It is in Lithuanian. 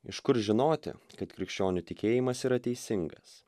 iš kur žinoti kad krikščionių tikėjimas yra teisingas